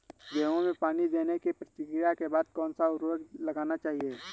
गेहूँ में पानी देने की प्रक्रिया के बाद कौन सा उर्वरक लगाना चाहिए?